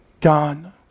gone